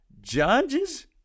judges